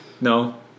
No